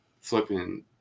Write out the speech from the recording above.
flipping